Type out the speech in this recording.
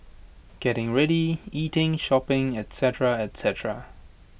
getting ready eating shopping etcetera etcetera